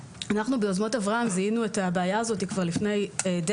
ביוזמות אברהם זיהינו את הבעיה הזאת כבר לפני די